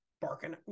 barking